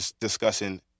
discussing